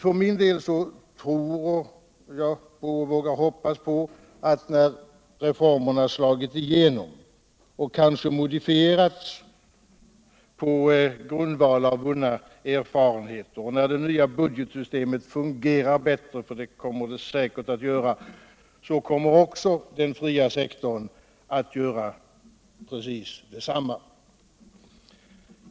För min del tror jag och vågar jag hoppas att när reformerna slagit igenom och kanske modifierats på grundval av vunna erfarenheter och när det nva budgetsystemet fungerar bättre, vilket säkert blir fallet, den fria sektorn också kommer att fungera.